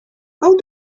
how